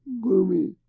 gloomy